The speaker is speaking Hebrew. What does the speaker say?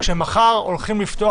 כשמחר הולכים לפתוח,